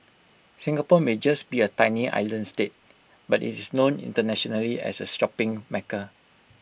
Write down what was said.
Singapore may just be A tiny island state but IT is known internationally as A shopping mecca